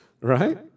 Right